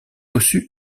reçu